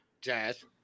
Jazz